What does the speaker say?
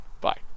Bye